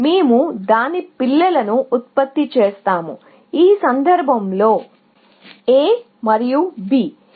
మేము దాని పిల్లలను ఉత్పత్తి చేస్తాము ఈ సందర్భంలో A మరియు B